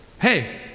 hey